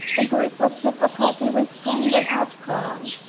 the greek with difficulty restrained an outcry.